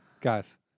Guys